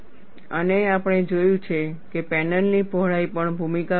અને આપણે જોયું છે કે પેનલની પહોળાઈ પણ ભૂમિકા ભજવે છે